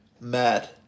mad